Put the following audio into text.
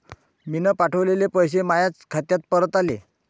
मीन पावठवलेले पैसे मायाच खात्यात परत आले